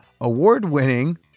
award-winning